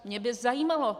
Mě by to zajímalo.